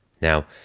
Now